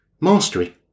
mastery